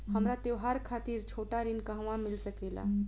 हमरा त्योहार खातिर छोटा ऋण कहवा मिल सकेला?